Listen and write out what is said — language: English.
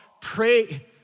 pray